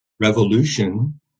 Revolution